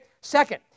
Second